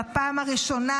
בפעם הראשונה,